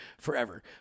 forever